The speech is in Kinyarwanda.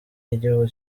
y’igihugu